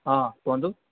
ହଁ କୁହନ୍ତୁ